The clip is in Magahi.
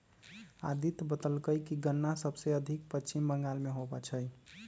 अदित्य बतलकई कि गन्ना सबसे अधिक पश्चिम बंगाल में होई छई